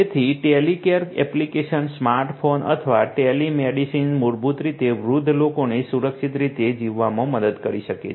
તેથી telecare application smartphone અથવા telemedicine મૂળભૂત રીતે વૃદ્ધ લોકોને સુરક્ષિત રીતે જીવવામાં મદદ કરી શકે છે